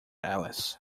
alice